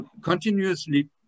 continuously